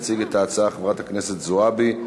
תציג את ההצעה חברת הכנסת זועבי.